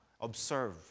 observe